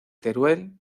teruel